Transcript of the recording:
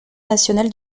national